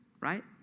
right